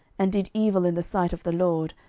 and did evil in the sight of the lord,